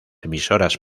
emisoras